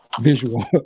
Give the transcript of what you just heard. visual